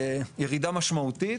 ירידה משמעותית.